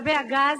מהאולם.